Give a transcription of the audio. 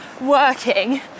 working